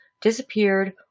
disappeared